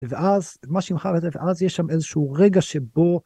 ואז מה שמך, ואז יש שם איזשהו רגע שבו.